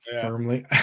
firmly